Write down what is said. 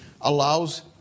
allows